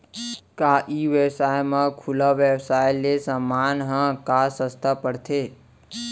का ई व्यवसाय म खुला व्यवसाय ले समान ह का सस्ता पढ़थे?